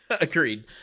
agreed